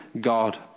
God